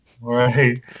Right